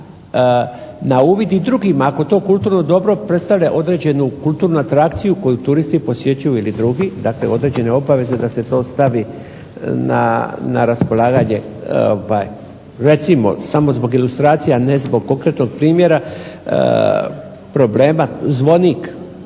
na uvid i drugim ako to kulturno dobro predstavlja određenu kulturnu atrakciju koju turisti posjećuju ili drugi. Dakle, određene obaveze da se to stavi na raspolaganje. Recimo samo zbog ilustracije a ne zbog konkretnog primjera problema zvonik